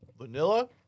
Vanilla